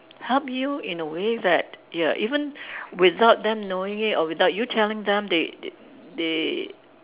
help you in a way that ya even without them knowing it or without you telling them they they they